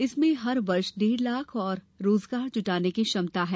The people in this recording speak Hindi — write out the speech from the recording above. इसमें हर वर्ष डेढ़ लाख और रोजगार जुटाने की क्षमता है